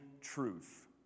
truth